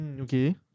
Okay